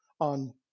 on